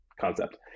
concept